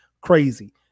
crazy